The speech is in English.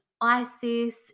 Isis